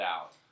out